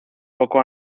poco